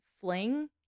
fling